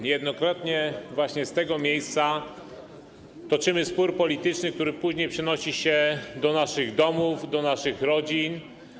Niejednokrotnie właśnie z tego miejsca toczymy spór polityczny, który później przenosi się do naszych domów, do naszych rodzin.